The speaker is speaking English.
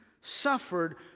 suffered